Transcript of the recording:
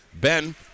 Ben